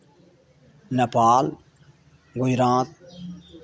Nepal Gujarat